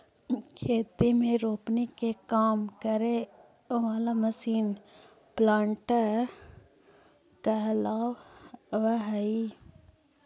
खेती में रोपनी के काम करे वाला मशीन प्लांटर कहलावऽ हई